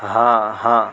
ہاں ہاں